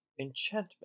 enchantment